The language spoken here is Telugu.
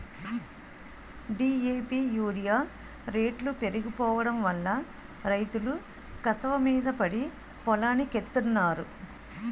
డి.ఏ.పి యూరియా రేట్లు పెరిగిపోడంవల్ల రైతులు కసవమీద పడి పొలానికెత్తన్నారు